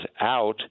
out